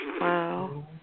Wow